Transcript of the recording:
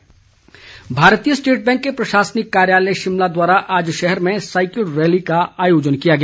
SBI भारतीय state bank के प्रशासनिक कार्यालय शिमला द्वारा आज शहर में साइकिल रैली का आयोजन किया गया